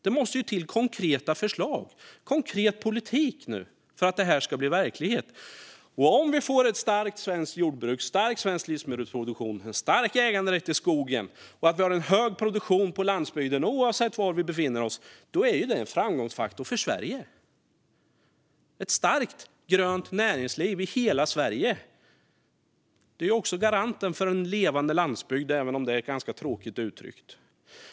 Det måste till konkreta förslag och konkret politik för att det här ska bli verklighet. Om vi får ett starkt svenskt jordbruk, en stark svensk livsmedelsproduktion och en stark äganderätt i skogen med en hög produktion på landsbygden, oavsett var vi befinner oss, är det en framgångsfaktor för Sverige. Ett starkt, grönt näringsliv i hela Sverige är också garanten för en levande landsbygd, även om det är ett ganska tråkigt uttryck.